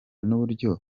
n’uburyo